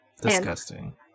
Disgusting